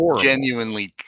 genuinely